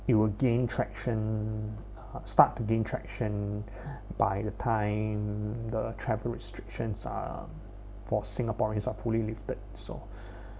it will gain attraction start to gain attraction by the time the traveler restrictions are for singaporeans are fully lifted so